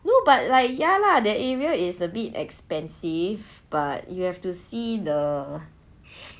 no but like ya lah that area is a bit expensive but you have to see the